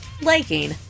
liking